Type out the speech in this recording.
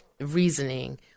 reasoning